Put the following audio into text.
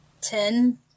Ten